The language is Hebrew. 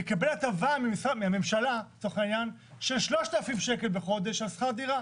ויקבל הטבה של 3,000 שקל בשכר דירה.